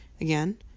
again